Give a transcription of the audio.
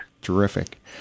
Terrific